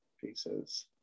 pieces